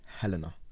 Helena